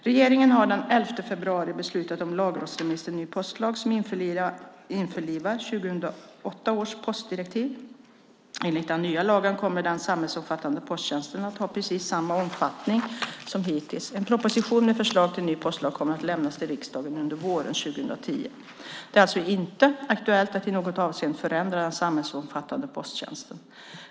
Regeringen har den 11 februari beslutat om lagrådsremissen Ny postlag som införlivar 2008 års postdirektiv. Enligt den nya lagen kommer den samhällsomfattande posttjänsten att ha precis samma omfattning som hittills. En proposition med förslag till ny postlag kommer att lämnas till riksdagen under våren 2010. Det är alltså inte aktuellt att i något avseende förändra den samhällsomfattande posttjänsten.